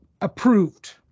approved